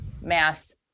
mass